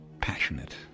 passionate